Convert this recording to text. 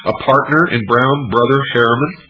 a partner in brown brothers harriman,